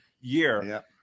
year